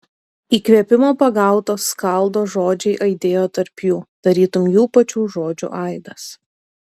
įkvėpimo pagauto skaldo žodžiai aidėjo tarp jų tarytum jų pačių žodžių aidas